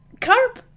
Carp